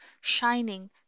shining